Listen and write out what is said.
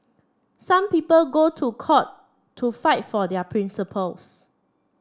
some people go to court to fight for their principles